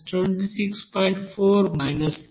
64